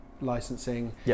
licensing